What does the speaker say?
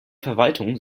verwaltung